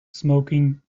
smoking